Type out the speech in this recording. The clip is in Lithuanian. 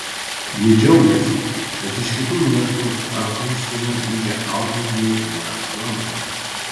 ji džiaugiasi kad iš kitų miestų ar užsienio grįžę auklėtiniai ją aplanko